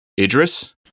Idris